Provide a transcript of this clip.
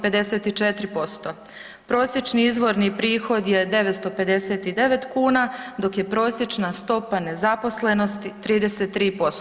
Prosječni izvorni prihod je 959 kn dok je prosječna stopa nezaposlenosti 33%